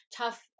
tough